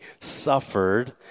suffered